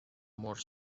more